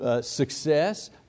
success